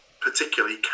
particularly